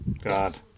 God